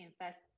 invest